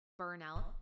burnout